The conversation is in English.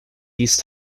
these